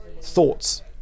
thoughts